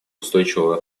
устойчивого